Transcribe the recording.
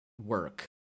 work